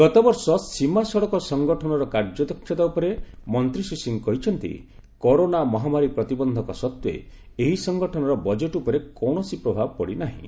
ଗତବର୍ଷ ସୀମା ସଡ଼କ ସଂଗଠନର କାର୍ଯ୍ୟଦକ୍ଷତା ଉପରେ ମନ୍ତ୍ରୀ ଶ୍ରୀ ସିଂ କହିଛନ୍ତି କରୋନା ମହାମାରୀ ପ୍ରତିବନ୍ଧକ ସତ୍ତ୍ୱେ ଏହି ସଂଗଠନର ବଜେଟ୍ ଉପରେ କୌଣସି ପ୍ରଭାବ ପଡ଼ିନାହିଁ